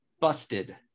busted